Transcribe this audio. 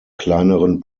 kleineren